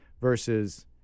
versus